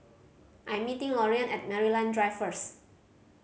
I'm meeting Loriann at Maryland Drive first